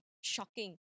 shocking